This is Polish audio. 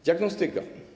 Diagnostyka.